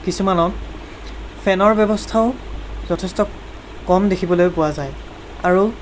কিছুমানত ফেনৰ ব্যৱস্থাও যথেষ্ট কম দেখিবলৈ পোৱা যায় আৰু